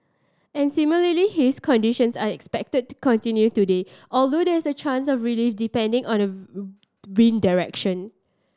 and similar haze conditions are expected to continue today although there is a chance of relief depending on the wind direction